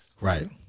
Right